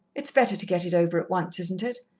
it's better to get it over at once, isn't it?